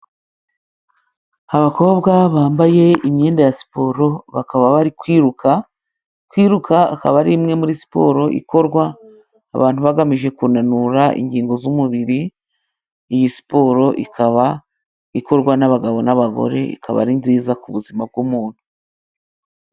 Abakobwa bambaye imyenda ya siporo, bakaba bari kwiruka. Kwiruka ikaba ari imwe muri siporo ikorwa abantu bagamije kunanura ingingo z'umubiri, iyi siporo ikaba ikorwa n'abagabo n'abagore, ikaba ari nziza ku buzima bw'umuntu.